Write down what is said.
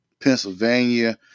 Pennsylvania